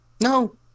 No